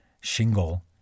shingle